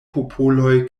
popoloj